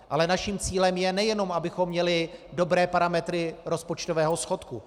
Ale naším cílem je, nejenom abychom měli dobré parametry rozpočtového schodku.